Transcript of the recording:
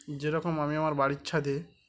যেরকম আমি আমার বাড়ির ছাদে